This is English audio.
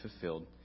fulfilled